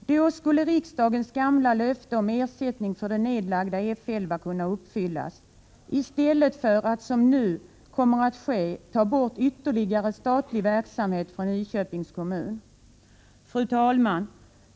Då skulle riksdagens gamla löfte om ersättning för det nedlagda F 11 kunna uppfyllas i stället för att, som nu kommer att ske, ytterligare statlig verksamhet från Nyköpings kommun tas bort. Fru talman!